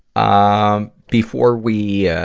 ah before we, ah,